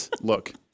look